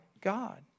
God